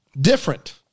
different